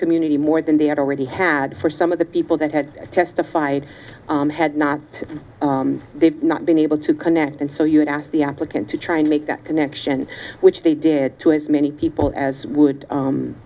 community more than they had already had for some of the people that had testified had not not been able to connect and so you would ask the applicant to try and make that connection which they did to as many people as would